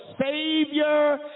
Savior